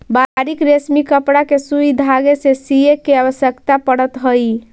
बारीक रेशमी कपड़ा के सुई धागे से सीए के आवश्यकता पड़त हई